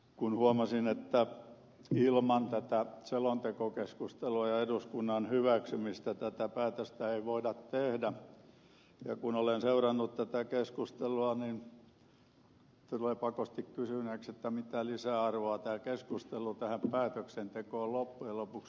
kun huomasin että ilman tätä selontekokeskustelua ja eduskunnan hyväksymistä tätä päätöstä ei voida tehdä ja kun olen seurannut tätä keskustelua niin tulee pakosti kysyneeksi mitä lisäarvoa tämä keskustelu tähän päätöksentekoon loppujen lopuksi tuo